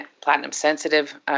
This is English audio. platinum-sensitive